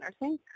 nursing